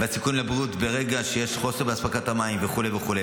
הסיכון לבריאות ברגע שיש חוסר באספקת המים וכו' וכו'.